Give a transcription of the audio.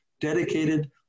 dedicated